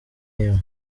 imwe